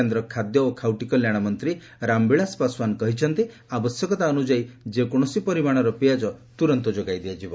କେନ୍ଦ୍ର ଖାଦ୍ୟ ଓ ଖାଉଟୀ କଲ୍ୟାଣ ମନ୍ତ୍ରୀ ରାମବିଳାସ ପାଶୱାନ କହିଛନ୍ତି ଆବଶ୍ୟତକତା ଅନୁଯାୟୀ ଯେକୌଣସି ପରିମାଣର ପିଆଜ ତ୍ରରନ୍ତ ଯୋଗାଇ ଦିଆଯିବ